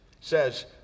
says